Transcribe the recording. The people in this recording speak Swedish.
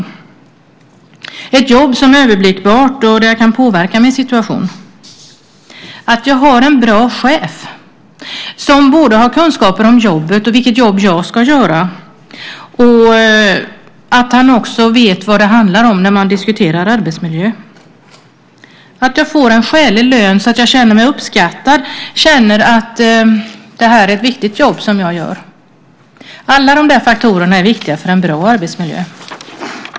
Det är ett jobb som är överblickbart och där det går att påverka sin situation. Det är att ha en bra chef som både har kunskaper om jobbet och vilket jobb jag ska göra och vet vad arbetsmiljö handlar om. Det är att få en skälig lön så att det går att känna uppskattning och att jobbet som utförs är viktigt. Alla dessa faktorer är viktiga för en bra arbetsmiljö.